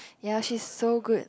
ya she's so good